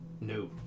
No